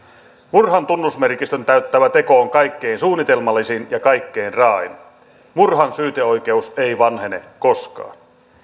murhan tunnusmerkistön täyttävä teko on kaikkein suunnitelmallisin ja kaikkein raain murhan syyteoikeus ei vanhene koskaan